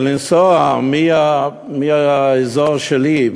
לנסוע מהאזור שלי,